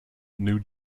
new